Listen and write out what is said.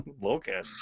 Logan